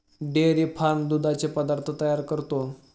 dairy farm दुधाचे पदार्थ तयार करतो